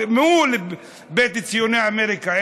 מול בית ציוני אמריקה,